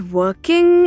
working